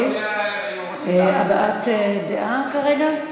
הבעת דעה כרגע.